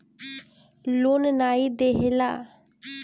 loan नाइ देहला पे बैंक तोहारी सम्पत्ति से आपन पईसा लेत हवे